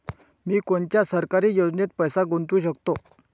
मी कोनच्या सरकारी योजनेत पैसा गुतवू शकतो?